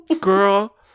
Girl